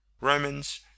romans